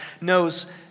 knows